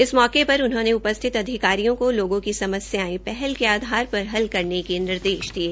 इस मौके पर उन्होंने उपस्थित अधिकारियों को लोगों की समस्यायें पहल के आधारपर हल करने के निदेश भी दिये